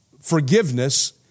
forgiveness